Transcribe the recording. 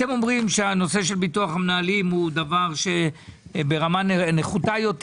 אתם אומרים שהנושא של ביטוח המנהלים הוא דבר שברמה נחותה יותר.